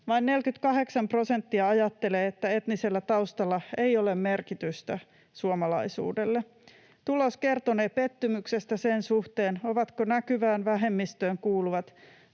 prosenttia ajattelee, että etnisellä taustalla ei ole merkitystä suomalaisuudelle. Tulos kertonee pettymyksestä sen suhteen, ovatko näkyvään vähemmistöön kuuluvat